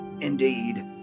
indeed